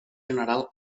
general